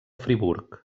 friburg